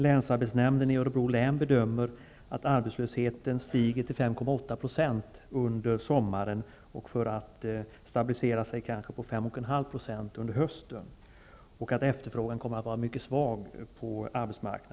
Länsarbetsnämnden i Örebro län bedömer att arbetslösheten kommer att stiga till ca 5,8 % under sommaren, för att sedan stabilisera sig på 5,5 % under hösten, och att efterfrågan på arbetsmarknaden kommer att vara mycket svag.